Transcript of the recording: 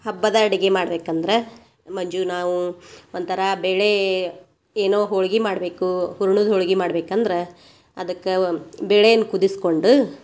ಹಬ್ಬದ ಅಡಿಗೆ ಮಾಡ್ಬೇಕಂದ್ರೆ ಮಂಜು ನಾವು ಒಂಥರ ಬೇಳೆ ಏನೋ ಹೋಳ್ಗಿ ಮಾಡಬೇಕು ಹೂರ್ಣದ್ದು ಹೋಳ್ಗಿ ಮಾಡ್ಬೇಕಂದ್ರೆ ಅದಕ್ಕ ವ ಬೇಳೆನ ಕುದಿಸ್ಕೊಂಡು